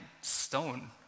stone